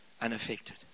unaffected